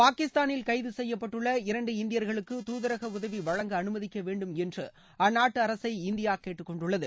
பாகிஸ்தானில் கைது செய்யப்பட்டுள்ள இரண்டு இந்தியர்களுக்கு துதரக உதவி வழங்க அனுமதிக்க வேண்டும் என்று அந்நாட்டு அரசை இந்தியா கேட்டுக்கொண்டுள்ளது